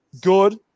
good